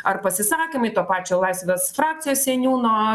ar pasisakymai to pačio laisvės frakcijos seniūno